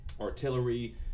artillery